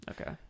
Okay